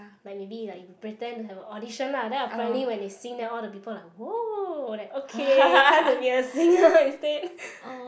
like maybe like you pretend to have a audition lah then apparently when they sing then all the people like !woah! then okay time to be a singer instead